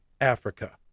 Africa